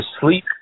sleep